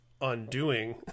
undoing